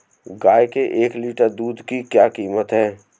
गाय के एक लीटर दूध की क्या कीमत है?